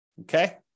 Okay